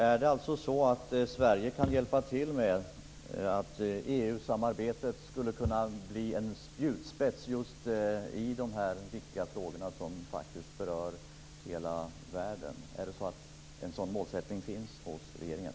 Fru talman! Kan Sverige hjälpa till med att EU samarbetet kan bli en spjutspets i de viktiga frågor som berör hela världen? Finns ett sådant mål hos regeringen?